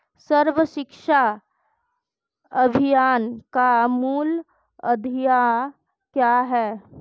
सर्व शिक्षा अभियान का मूल उद्देश्य क्या है?